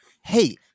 Hey